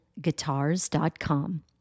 guitars.com